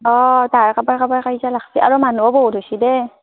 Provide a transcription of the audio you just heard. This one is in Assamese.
অঁ তাৰ কাৰোবাৰ কাৰোবাৰ কাজিয়া লাগছি আৰু মানুহো বহুত হৈছি দে